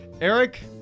Eric